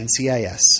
ncis